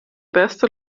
beste